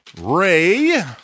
Ray